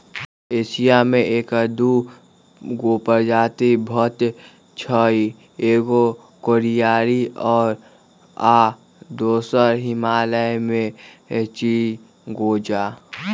Asia में ऐकर दू गो प्रजाति भेटछइ एगो कोरियाई आ दोसर हिमालय में चिलगोजा